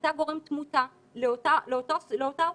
הייתה גורם תמותה לאותה אוכלוסייה.